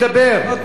נותנים לך.